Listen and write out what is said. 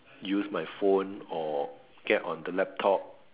use my phone or get on the laptop